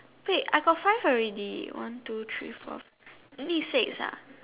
wait I got five already one two three four need six ah